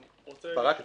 ברק,